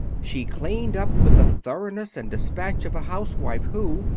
she cleaned up with the thoroughness and dispatch of a housewife who,